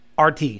RT